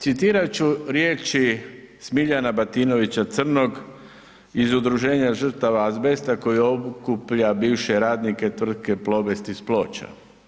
Citirat ću riječi Smiljana Batinovića Crnog iz Udruženja žrtava azbesta koji okuplja bivše radnike tvrtke Plobest iz Ploča.